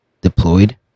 deployed